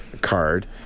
card